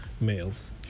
males